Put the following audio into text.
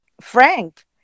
Frank